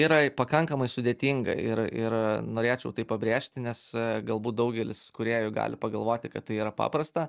yra pakankamai sudėtinga ir ir norėčiau tai pabrėžti nes galbūt daugelis kūrėjų gali pagalvoti kad tai yra paprasta